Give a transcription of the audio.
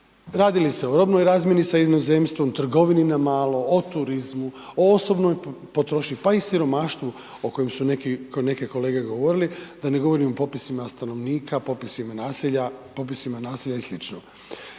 Radi li se o robnoj razmijeni sa inozemstvom, trgovini na malo, o turizmu, o osobnoj potrošnji, pa i siromaštvu o kojem su neki, neke kolege govorili, da ne govorim o popisima stanovnika, popisima naselja,